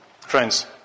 Friends